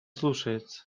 слушается